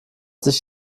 sich